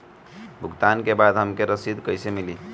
भुगतान के बाद हमके रसीद कईसे मिली?